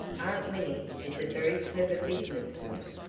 winnie is a very clever business woman,